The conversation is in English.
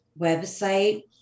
website